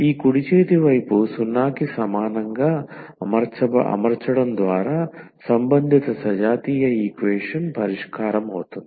ఈ కుడి చేతి వైపు 0 కి సమానంగా అమర్చడం ద్వారా సంబంధిత సజాతీయ ఈక్వేషన్ పరిష్కారం అవుతుంది